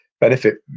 benefit